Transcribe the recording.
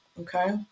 okay